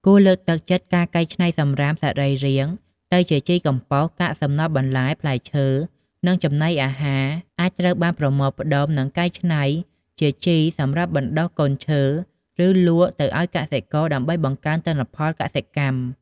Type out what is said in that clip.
គួរលើកទឹកចិត្តការកែច្នៃសំរាមសរីរាង្គទៅជាជីកំប៉ុស្តិ៍ កាកសំណល់បន្លែ ផ្លែឈើ និងចំណីអាហារអាចត្រូវបានប្រមូលផ្ដុំ និងកែច្នៃជាជីសម្រាប់បណ្តុះកូនឈើ ឬលក់ទៅឱ្យកសិករដើម្បីបង្កើនទិន្នផលកសិកម្ម។